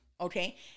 okay